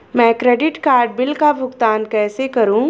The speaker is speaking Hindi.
मैं क्रेडिट कार्ड बिल का भुगतान कैसे करूं?